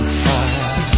fire